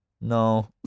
No